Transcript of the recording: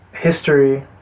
history